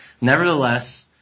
nevertheless